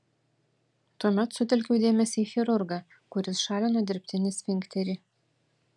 tuomet sutelkiau dėmesį į chirurgą kuris šalino dirbtinį sfinkterį